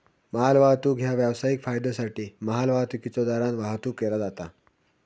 मालवाहतूक ह्या व्यावसायिक फायद्योसाठी मालवाहतुकीच्यो दरान वाहतुक केला जाता